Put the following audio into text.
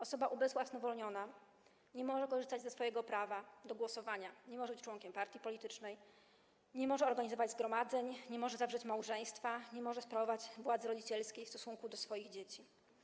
Osoba ubezwłasnowolniona nie może korzystać ze swojego prawa do głosowania, nie może być członkiem partii politycznej, nie może organizować zgromadzeń, nie może zawrzeć małżeństwa, nie może sprawować władzy rodzicielskiej w stosunku do swoich dzieci.